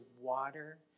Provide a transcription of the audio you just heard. water